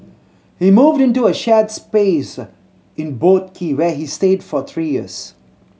he moved into a shared space in Boat Quay where he stayed for three years